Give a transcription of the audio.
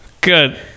good